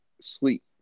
sleep